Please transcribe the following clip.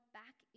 back